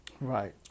Right